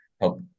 help